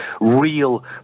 real